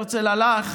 הרצל הלך